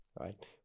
right